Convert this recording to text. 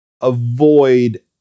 avoid